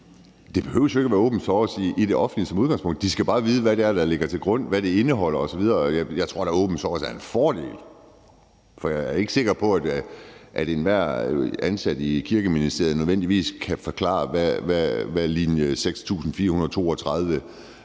som udgangspunkt ikke være open source i det offentlige. De skal bare vide, hvad det er, der ligger til grund, hvad det indeholder osv. Jeg tror da, open source er en fordel, for jeg er ikke sikker på, at en hver ansat ansat i Kirkeministeriets nødvendigvis kan forklare, hvad linje 6432